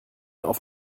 auf